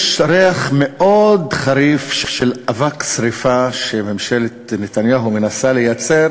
יש ריח מאוד חריף של אבק שרפה שממשלת נתניהו מנסה לייצר